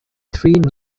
three